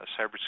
cybersecurity